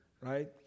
right